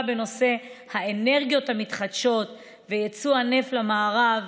בנושאי האנרגיות המתחדשות ויצוא הנפט למערב